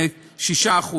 של 6%,